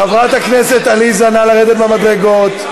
חברת הכנסת עליזה, נא לרדת מהמדרגות.